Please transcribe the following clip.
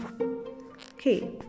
Okay